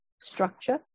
structure